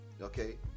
okay